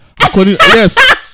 Yes